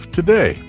today